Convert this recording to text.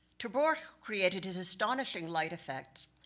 ter borch created his astonishing light effect,